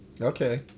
Okay